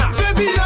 baby